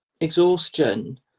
exhaustion